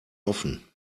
offen